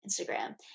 instagram